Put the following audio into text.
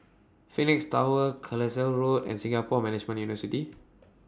Phoenix Tower Carlisle Road and Singapore Management University